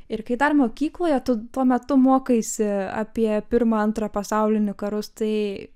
ir kai dar mokykloje tu tuo metu mokaisi apie pirmą antrą pasaulinį karus tai